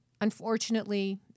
unfortunately